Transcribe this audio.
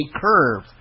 curve